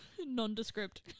Nondescript